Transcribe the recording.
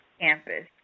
campus